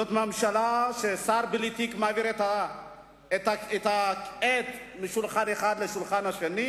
זאת ממשלה ששר בלי תיק מעביר בה את העט משולחן אחד לשולחן השני,